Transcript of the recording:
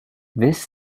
this